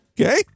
Okay